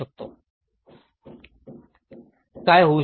काय होऊ शकते